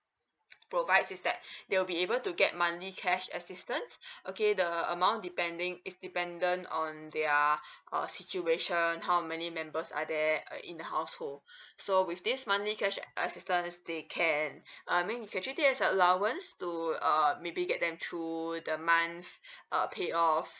provide is that they will be able to get monthly cash assistance okay the amount depending is dependent on their uh situation how many members are there in the household so with this monthly cash assistance they can I mean you can treat it as a allowance to uh maybe get them through the month uh payoff